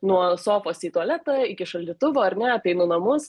nuo sofos į tualetą iki šaldytuvo ar ne apeinu namus